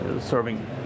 serving